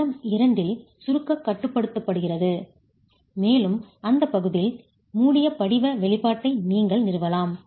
மண்டலம் 2 ல் சுருக்கக் கட்டுப்படுத்தப்படுகிறது மேலும் அந்த பகுதியில் மூடிய படிவ வெளிப்பாட்டை நீங்கள் நிறுவலாம்